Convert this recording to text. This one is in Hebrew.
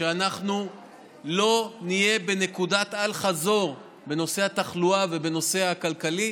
שאנחנו לא נהיה בנקודת אל-חזור בנושא התחלואה ובנושא הכלכלי,